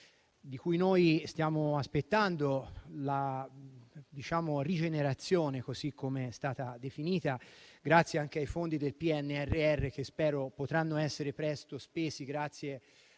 di cui stiamo aspettando la rigenerazione, com'è stata definita, grazie anche ai fondi del PNRR, che spero potranno essere presto spesi grazie